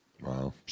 Wow